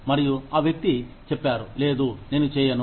మరియు ఆ వ్యక్తి ఇ చెప్పారు లేదు నేను చేయను